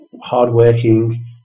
hardworking